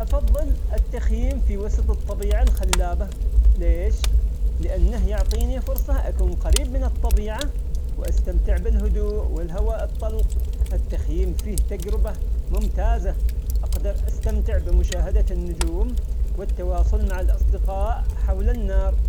أفظل التخييم في وسط الطبيعة الخلابة، ليش؟ لأنه يعطيني فرصة أكون قريب من الطبيعة وأستمتع بالهدوء والهواء الطلق التخييم فيه تجربة ممتازة أقدر أستمتع بمشاهدة النجوم والتواصل مع الأصدقاء حول النار،